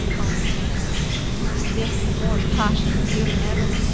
all in vain this is a more passionate appeal than ever,